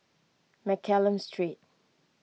Mccallum Street